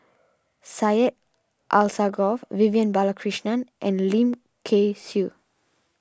Syed Alsagoff Vivian Balakrishnan and Lim Kay Siu